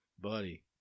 buddy